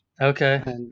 Okay